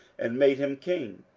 and made him king.